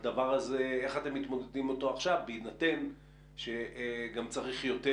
איך אתם מתמודדים איתו עכשיו בהינתן שגם צריך יותר.